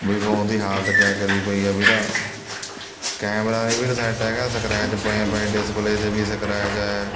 ਬਈ ਫੋਨ ਦੀ ਹਾਲਤ ਕਿਆ ਕਰੀ ਪਈ ਆ ਵੀ ਇਹਦਾ ਕੈਮਰਾ ਨਹੀਂ ਵੀਰ ਸੈੱਟ ਹੈਗਾ ਸਕਰੈਚ ਪਏ ਪਏ ਡਿਸਪਲੇਅ 'ਤੇ ਵੀ ਸਕਰੈਚ ਹੈ